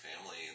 family